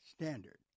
standard